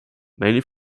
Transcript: mainly